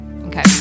okay